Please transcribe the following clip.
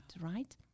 right